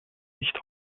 nicht